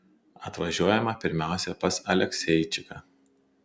atvažiuojame pirmiausia pas alekseičiką